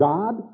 God